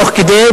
תוך כדי,